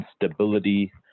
instability